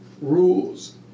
rules